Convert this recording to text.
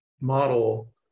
model